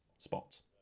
spots